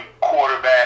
quarterback